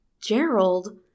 Gerald